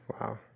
Wow